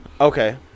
Okay